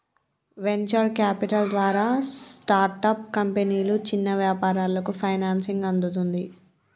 venture capital ద్వారా startup కంపెనీలు, చిన్న వ్యాపారాలకు ఫైనాన్సింగ్ అందుతది